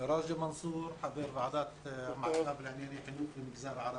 אני חבר ועדת המעקב לענייני חינוך במגזר הערבי.